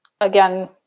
again